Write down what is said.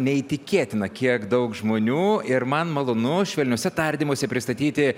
neįtikėtina kiek daug žmonių ir man malonu švelniuose tardymuose pristatyti